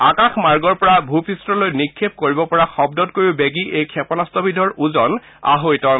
আকাশ মাৰ্গৰ পৰা ভূপূঠলৈ নিক্ষেপ কৰিব পৰা শব্দতকৈ বেছি বেগী এই ক্ষেপণাস্ত্ৰবিধৰ ওজন আঢ়ৈ টন